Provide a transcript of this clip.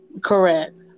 correct